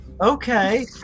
okay